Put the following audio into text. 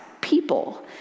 people